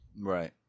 right